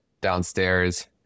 downstairs